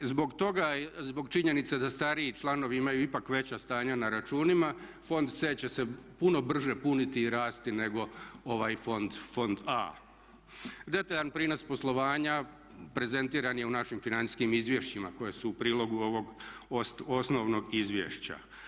Zbog činjenice da stariji članovi imaju ipak veća stanja na računima fond C će se puno brže puniti i rasti nego ovaj fond A. Detaljan prinos poslovanja prezentiran je u našim financijskim izvješćima koja su u prilogu ovog osnovnog izvješća.